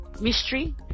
mystery